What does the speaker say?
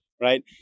Right